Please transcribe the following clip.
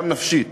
גם נפשית